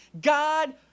God